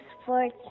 sports